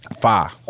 Five